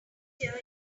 here